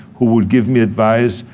who would give me advice.